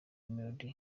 melody